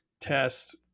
test